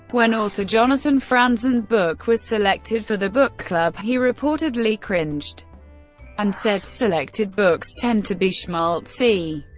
when author jonathan franzen's book was selected for the book club, he reportedly cringed and said selected books tend to be schmaltzy.